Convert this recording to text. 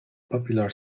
popular